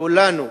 כולנו,